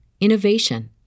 innovation